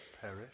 perish